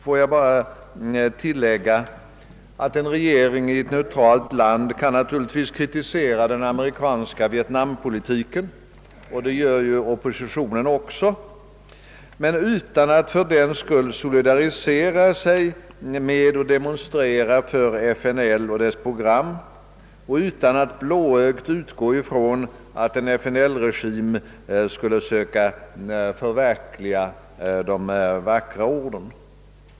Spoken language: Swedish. Låt mig bara tillägga att en regering i ett neutralt land naturligtvis kan kritisera den amerikanska vietnampolitiken — det gör ju oppositionen också — utan att fördenskull solidarisera sig med och demonstrera för FNL och dess program och utan att blåögt utgå ifrån som givet att en FNL-regim skulle infria de vackra orden.